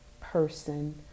person